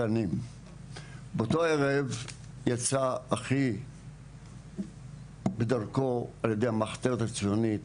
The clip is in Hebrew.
באותו ערב, יצא אחי בדרכו, על ידי המחתרת הציונית